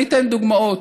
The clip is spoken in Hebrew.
אני אתן דוגמאות: